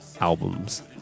albums